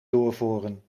doorvoeren